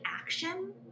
action